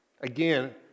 Again